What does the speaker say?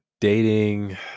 Dating